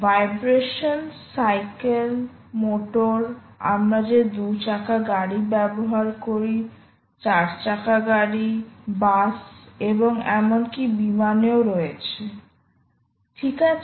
vibration cycle motor আমরা যে 2 চাকা গাড়ি ব্যবহার করি 4 চাকা গাড়ি বাস এবং এমনকি বিমানেও রয়েছে ঠিক আছে